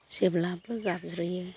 जेब्लाबो गाबज्रियो